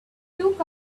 took